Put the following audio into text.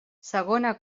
segona